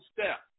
step